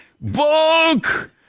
Book